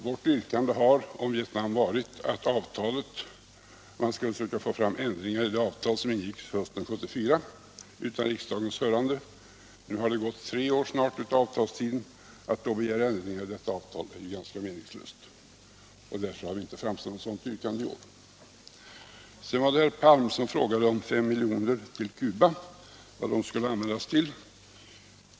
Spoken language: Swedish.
Vårt yrkande om Vietnam har varit att man skulle försöka få till stånd ändringar i det avtal som ingicks hösten 1974 utan riksdagens hörande. Nu har det snart gått tre år av avtalstiden. Att då begära ändringar i detta avtal är ganska meningslöst, och därför har vi inte framställt något yrkande om detta i år. Herr Palm frågade vad de fem miljoner kronorna till Cuba skulle användas till.